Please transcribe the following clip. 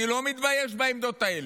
אני לא מתבייש בעמדות האלה.